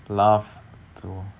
laugh to